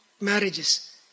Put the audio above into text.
marriages